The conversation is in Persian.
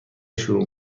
شروع